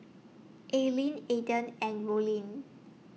Aylin Eden and Rollin